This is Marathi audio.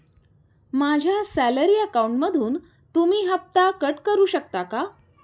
माझ्या सॅलरी अकाउंटमधून तुम्ही हफ्ता कट करू शकता का?